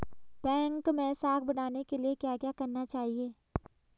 Bank मैं साख बढ़ाने के लिए क्या क्या करना चाहिए?